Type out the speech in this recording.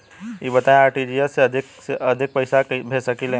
ई बताईं आर.टी.जी.एस से अधिक से अधिक केतना पइसा भेज सकिले?